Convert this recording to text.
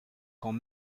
quand